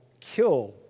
kill